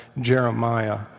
Jeremiah